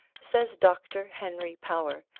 says dr. henry power,